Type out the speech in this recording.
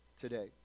today